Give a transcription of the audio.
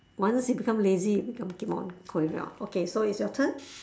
once you become lazy you become Pokemon okay so it's your turn